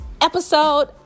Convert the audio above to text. episode